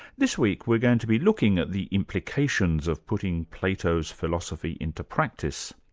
this week we're going to be looking at the implications of putting plato's philosophy into practice,